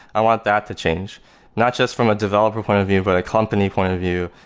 i want that to change not just from a developer point of view, but a company point of view,